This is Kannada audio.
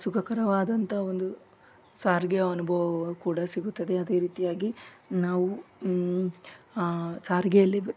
ಸುಖಕರವಾದಂಥ ಒಂದು ಸಾರಿಗೆಯ ಅನುಭವವೂ ಕೂಡ ಸಿಗುತ್ತದೆ ಅದೇ ರೀತಿಯಾಗಿ ನಾವು ಸಾರಿಗೆಯಲ್ಲಿ